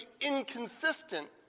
inconsistent